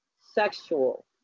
sexual